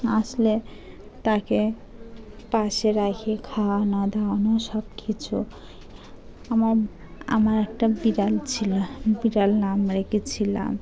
আসলে তাকে পাশে রাখে খাওয়ানো দাওয়ানো সব কিছু আমার আমার একটা বিড়াল ছিল বিড়াল নাম রেখেছিলাম